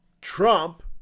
Trump